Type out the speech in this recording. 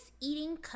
eating